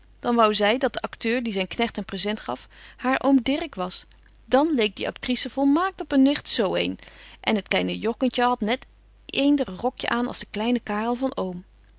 dan wou zy dat de acteur die zyn knegt een present gaf haar oom dirk was dan leek die actrice volmaakt op een nicht zo betje wolff en aagje deken historie van mejuffrouw sara burgerhart een en het kleine jongentje hadt net eender rokje aan als de kleine karel van oom